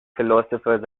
philosophers